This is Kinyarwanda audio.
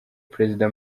perezida